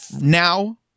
now